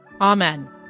Amen